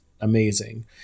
amazing